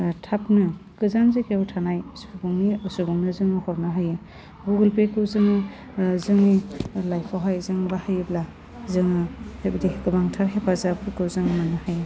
थाबनो गोजान जायगायाव थानाय सुबुंनि सुबुंनो जोङो हरनो हायो गुगोल पेखौ जोङो जोंनि लाइफयावहाय जों बाहायोब्ला जोङो बेबायदि गोबांथार हेफाजाबफोरखौ जों मोन्नो हायो